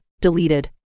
deleted